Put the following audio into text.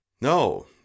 No